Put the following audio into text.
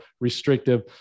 restrictive